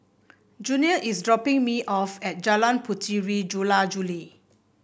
Junior is dropping me off at Jalan Puteri Jula Juli